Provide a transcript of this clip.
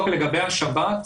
לגבי השבת.